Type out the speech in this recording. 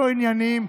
לא ענייניים,